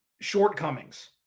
shortcomings